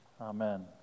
Amen